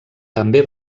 també